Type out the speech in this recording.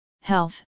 health